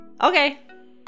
Okay